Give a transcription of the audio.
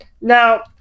Now